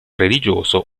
religioso